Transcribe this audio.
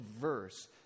verse